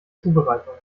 zubereitung